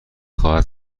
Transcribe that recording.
خواهد